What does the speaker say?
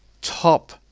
top